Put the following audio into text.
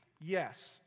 Yes